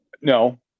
No